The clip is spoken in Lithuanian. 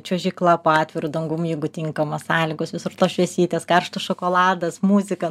čiuožykla po atviru dangum jeigu tinkamos sąlygos visur tos šviesytės karštas šokoladas muzika